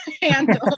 handle